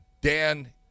Dan